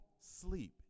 sleep